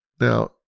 Now